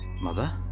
Mother